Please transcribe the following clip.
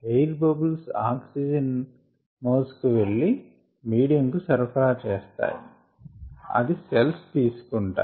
air bubbles oxygen మోసుకెళ్లి medium కు సరఫరా చేస్తాయి అది సెల్స్ తీసుకొంటాయి